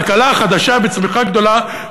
כלכלה חדשה וצמיחה גדולה,